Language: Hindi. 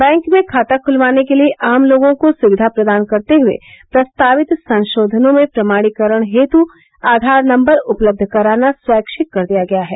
बैंक में खाता खुलवाने के लिए आम लोगों को सुविधा प्रदान करते हुए प्रस्तावित संशोधनों में प्रमाणीकरण हेतु आधार नम्बर उपलब्ध कराना स्वैच्छिक कर दिया गया है